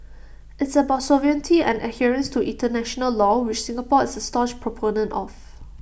it's about sovereignty and adherence to International law which Singapore is A staunch proponent of